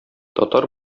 татар